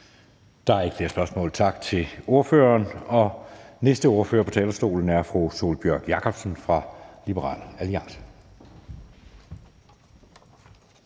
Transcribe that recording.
Der er ikke flere spørgsmål. Tak til ordføreren. Næste ordfører på talerstolen er fru Sólbjørg Jakobsen fra Liberal Alliance.